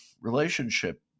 relationship